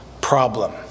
problem